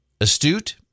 astute